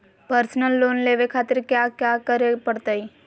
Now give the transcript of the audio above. Personal loan लेवे खातिर कया क्या करे पड़तइ?